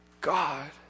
God